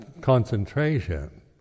concentration